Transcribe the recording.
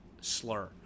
slur